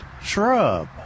shrub